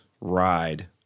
ride